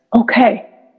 okay